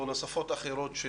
או לשפות אחרות.